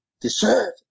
deserve